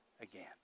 again